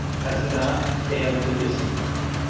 has not failed to disappoint.